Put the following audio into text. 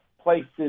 places